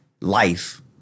life